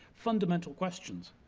fundamental questions,